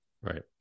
Right